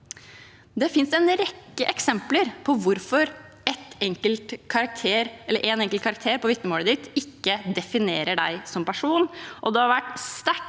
Det finnes en rekke eksempler på hvorfor en enkelt karakter på vitnemålet ikke definerer en som person.